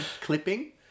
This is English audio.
clipping